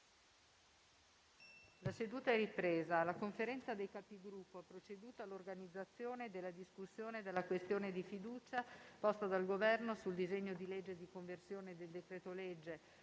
una nuova finestra"). La Conferenza dei Capigruppo ha proceduto all'organizzazione della discussione della questione di fiducia, posta dal Governo sul disegno di legge di conversione del decreto-legge